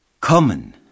Common